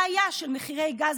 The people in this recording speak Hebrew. שלכם